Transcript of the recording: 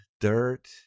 dirt